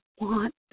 want